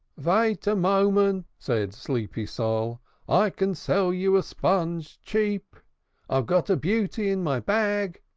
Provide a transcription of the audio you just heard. vait a moment, said sleepy sol i can sell you a sponge sheap i've got a beauty in my bag.